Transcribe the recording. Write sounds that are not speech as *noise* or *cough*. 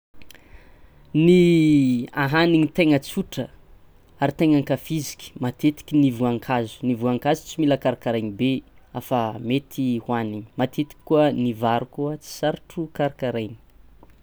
*noise* Ny *hesitation* ahanigny taigna tsotra ary taigna ankafiziky, matetiky ny voankazo. Ny voankazo tsy mila karakaraigny be afa *hesitation* mety hoanigny, matetiky koa ny vary koa tsy sarotro karakaraigny.